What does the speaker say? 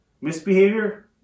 Misbehavior